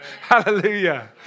Hallelujah